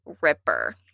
Ripper